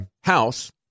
House